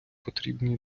потрібні